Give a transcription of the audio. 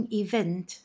event